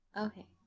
Okay